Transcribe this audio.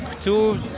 two